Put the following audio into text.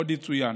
עוד יצוין